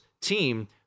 team